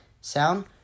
sound